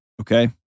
Okay